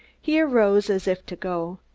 he arose as if to go.